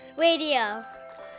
Radio